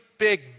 big